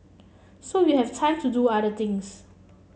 so you have time to do other things